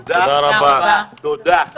אני רואה שהוא לא נמצא.